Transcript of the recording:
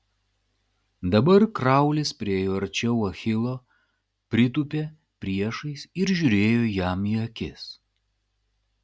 dabar kraulis priėjo arčiau achilo pritūpė priešais ir žiūrėjo jam į akis